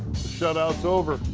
shut-out is over.